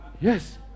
Yes